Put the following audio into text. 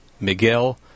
Miguel